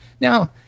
Now